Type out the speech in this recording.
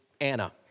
Anna